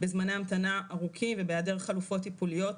בזמני המתנה ארוכים ובהיעדר חלופות טיפוליות.